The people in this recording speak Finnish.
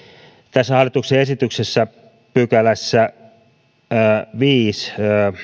tässä hallituksen esityksen viidennessä pykälässä